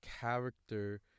character